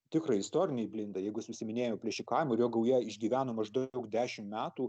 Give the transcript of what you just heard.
tikrą istorinį blindą jeigu jis užsiiminėjo plėšikavimu ir jo gauja išgyveno maždaug dešimt metų